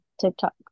TikTok